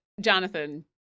Jonathan